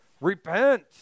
Repent